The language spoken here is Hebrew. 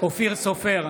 אופיר סופר,